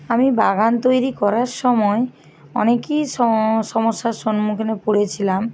আমি বাগান তৈরি করার সময় অনেকই সমস্যার সম্মুখীনে পড়েছিলাম